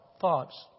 thoughts